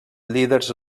líders